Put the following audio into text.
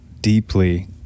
deeply